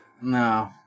No